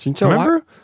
Remember